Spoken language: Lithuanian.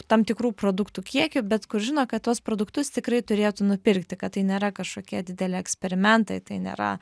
tam tikrų produktų kiekį bet kur žino kad tuos produktus tikrai turėtų nupirkti kad tai nėra kažkokie dideli eksperimentai tai nėra